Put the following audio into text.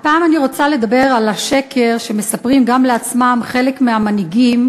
הפעם אני רוצה לדבר על השקר שמספרים לעצמם חלק מהמנהיגים,